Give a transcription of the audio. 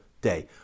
day